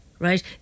Right